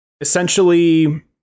essentially